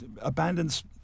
abandons